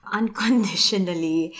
unconditionally